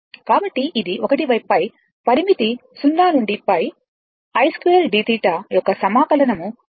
కాబట్టి ఇది 1 π పరిమితి 0 నుండి π i2dθ యొక్క సమాకలనం ½